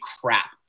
crap